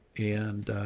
and